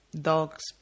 dogs